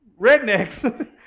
rednecks